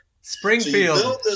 Springfield